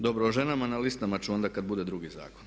Dobro, o ženama na listama ću onda kada bude drugi zakon.